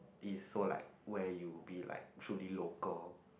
is so like where you be like fully local